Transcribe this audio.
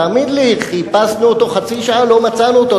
תאמין לי שחיפשנו אותו חצי שעה ולא מצאנו אותו.